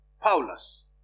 Paulus